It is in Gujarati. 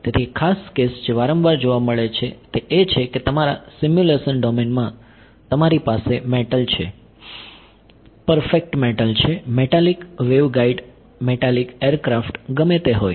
તેથી એક ખાસ કેસ જે વારંવાર જોવા મળે છે તે એ છે કે તમારા સિમ્યુલેશન ડોમેન માં તમારી પાસે મેટલ જે પરફેક્ટ મેટલ છે મેટાલિક વેવગાઈડ મેટાલિક એરક્રાફ્ટ ગમે તે હોય